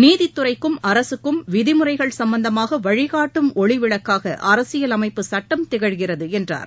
நீதித்துறைக்கும் அரசுக்கும் விதிமுறைகள் சும்பந்தமாக வழிகாட்டும் ஒளிவிளக்காக அரசியலமைப்பு சுட்டம் திகழ்கிறது என்றார்